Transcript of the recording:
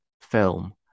film